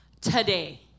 today